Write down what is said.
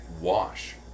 Wash